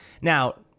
Now